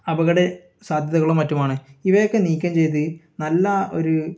അപകട സാധ്യതകളും മറ്റുമാണ് ഇവയൊക്കെ നീക്കം ചെയ്ത് നല്ല ഒരു